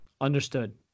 Understood